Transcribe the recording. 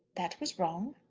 that was wrong.